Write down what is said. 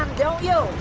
don't you?